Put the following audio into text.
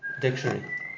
dictionary